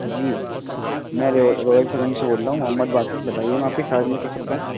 جی میں royal salon سے بول رہا ہوں محمد واصف بتائیے میں آپ کی کیا خدمت کر سکتا ہوں